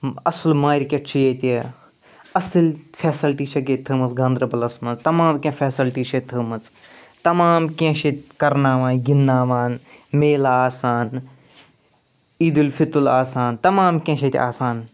اَصٕل مارکٮ۪ٹ چھُ ییٚتہِ اَصٕل فیٚسلٹی چھِکھ ییٚتہِ تھٲومٕژ گانٛدَربَلَس منٛز تمام کیٚنٛہہ فیٚسلٹی چھِ ییٚتہِ تھٲومٕژ تمام کیٚنٛہہ چھِ ییٚتہِ کَرٕناوان گِنٛدٕناوان میلا آسان عیٖدُالفطر آسان تمام کیٚنٛہہ چھِ ییٚتہِ آسان